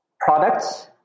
products